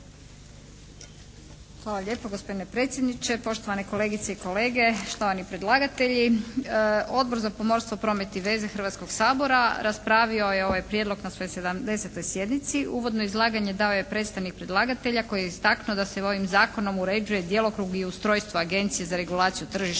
Hvala lijepo. Gospodine predsjedniče, poštovane kolegice i kolege, štovani predlagatelji. Odbor za pomorstvo, promet i veze Hrvatskoga sabora raspravio je ovaj prijedlog na svojoj 70. sjednici. Uvodno izlaganje dao je predstavnik predlagatelja koji je istaknuo da se ovim zakonom uređuje djelokrug i ustrojstvo Agencije za regulaciju tržišta